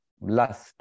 lust